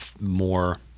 more